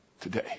today